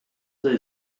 they